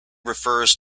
refers